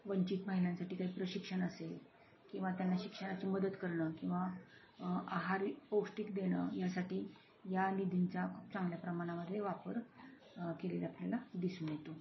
वंचित महिलांसाठी काही प्रशिक्षण असेल किंवा त्यांना शिक्षणाची मदत करणं किंवा आहार पौष्टिक देणं यासाठी या निधींचा खूप चांगल्या प्रमाणामध्ये वापर केलेला आपल्याला दिसून येतो